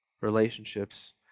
relationships